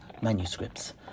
manuscripts